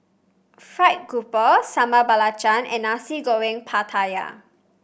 fried grouper Sambal Belacan and Nasi Goreng Pattaya